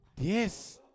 Yes